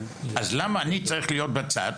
אז למה אני צריך להיות בצד,